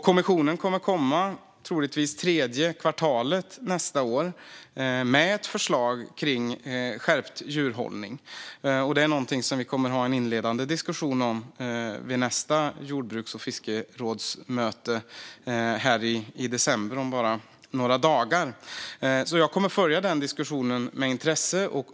Kommissionen kommer troligtvis under tredje kvartalet nästa år med ett förslag på skärpt djurhållning. Det är någonting som vi kommer att ha en inledande diskussion om vid nästa jordbruks och fiskerådsmöte i december, om bara några dagar. Jag kommer alltså att följa den diskussionen med intresse.